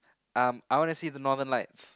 um I wanna see the northern lights